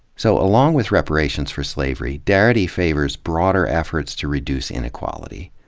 so, along with reparations for slavery, darity favors broader efforts to reduce inequality.